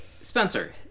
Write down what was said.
Spencer